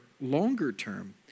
longer-term